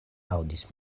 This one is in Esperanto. aŭdis